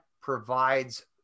provides